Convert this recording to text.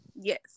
yes